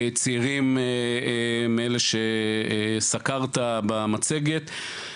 צעירים מאלה שסקרת במצגת.